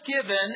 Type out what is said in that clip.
given